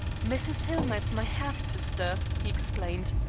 mrs. hillmer is my half-sister, he explained.